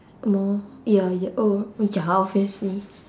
oh ya y~ oh ya obviously